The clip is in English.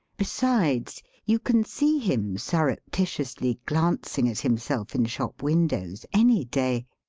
besides, you can see him surreptitiously glancing at him self in shop windows any day.